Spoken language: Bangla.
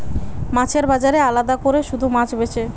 মাছের বাজারে আলাদা কোরে শুধু মাছ বেচে